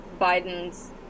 Biden's